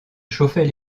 chauffait